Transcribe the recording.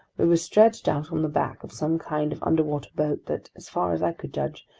we were stretched out on the back of some kind of underwater boat that, as far as i could judge,